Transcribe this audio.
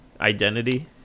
Identity